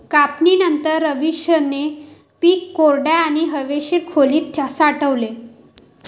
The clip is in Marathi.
कापणीनंतर, रवीशने पीक कोरड्या आणि हवेशीर खोलीत साठवले